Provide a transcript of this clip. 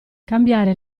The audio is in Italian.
cambiare